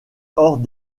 hors